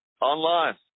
online